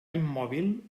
immòbil